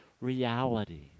reality